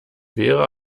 wäre